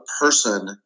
person